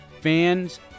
Fans